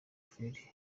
frere